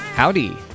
Howdy